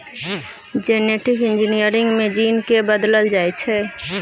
genetic engineering मे gene केँ बदलल जाइ छै